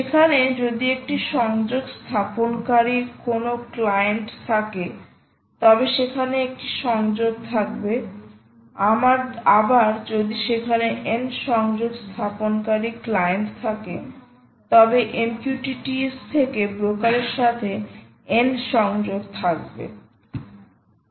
সেখানে যদি একটি সংযোগ স্থাপনকারী কোনও ক্লায়েন্ট থাকে তবে সেখানে একটি সংযোগ থাকবে আবার যদি সেখানে n সংযোগ স্থাপনকারী ক্লায়েন্ট থাকে তবে MQTT S থেকে ব্রোকারের সাথে n সংযোগ থাকবে